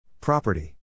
Property